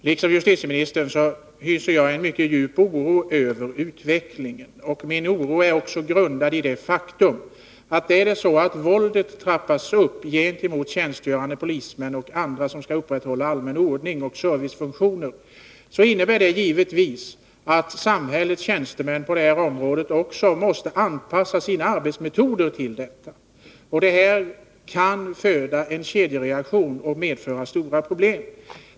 Herr talman! Liksom justitieministern hyser jag en mycket djup oro över utvecklingen. Den är också grundad i det faktum att om våldet trappas upp gentemot tjänstgörande polismän och andra som skall upprätthålla allmän ordning och servicefunktioner, innebär det givetvis att samhällets tjänstemän på det här området också måste anpassa sina arbetsmetoder därtill. Det kan föda en kedjereaktion och medföra stora problem.